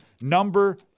number